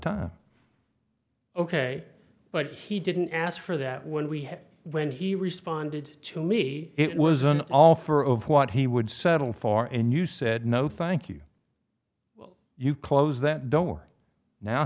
time ok but he didn't ask for that when we had when he responded to me it was an all for of what he would settle for and you said no thank you well you close that door now